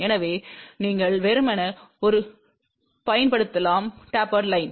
எனவே நீங்கள் வெறுமனே ஒரு பயன்படுத்தலாம் டேப்பர்ட் லைன்